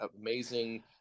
amazing